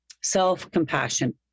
Self-compassion